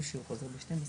אז רוני פלה,